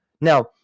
Now